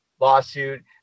lawsuit